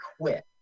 quit